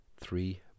three